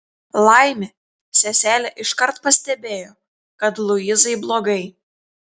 laimė seselė iškart pastebėjo kad luizai blogai